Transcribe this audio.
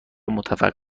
متوقف